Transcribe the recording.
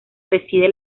preside